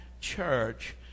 church